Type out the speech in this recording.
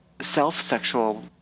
self-sexual